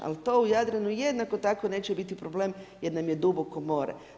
Ali, to u Jadranu, jednako tako neće biti problem, jer nam je duboko more.